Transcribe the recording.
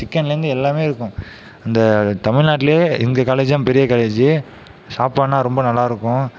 சிக்கன்ல இருந்து எல்லாமே இருக்கும் இந்த தமிழ் நாட்டுலையே எங்கள் காலேஜ்ஜு தான் பெரிய காலேஜ்ஜு சாப்பாடுலாம் ரொம்ப நல்லா இருக்கும்